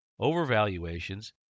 overvaluations